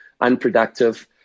unproductive